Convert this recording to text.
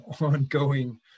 ongoing